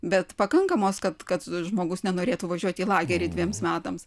bet pakankamos kad kad žmogus nenorėtų važiuoti į lagerį dviems metams